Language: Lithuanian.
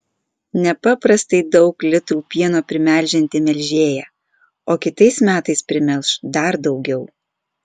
nepaprastai daug litrų pieno primelžianti melžėja o kitais metais primelš dar daugiau